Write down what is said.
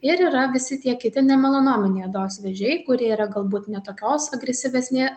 ir yra visi tie kiti nemelanominiai odos vėžiai kurie yra galbūt ne tokios agresyvesnė